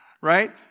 Right